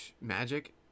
magic